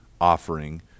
offering